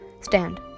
Stand